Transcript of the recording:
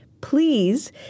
Please